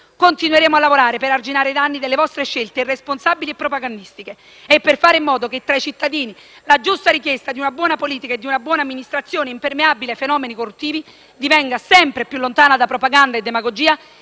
continueremo a lavorare per arginare i danni delle vostre scelte irresponsabili e propagandistiche e per fare in modo che tra i cittadini la giusta richiesta di una buona politica e di una buona amministrazione impermeabile ai fenomeni corruttivi divenga sempre più lontana da propaganda e demagogia